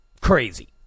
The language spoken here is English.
crazy